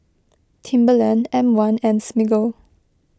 Timberland M one and Smiggle